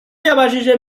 yabajije